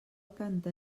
canta